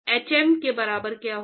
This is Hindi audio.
hm के बराबर क्या होगा